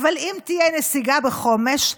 אם תהיה נסיגה בחומש,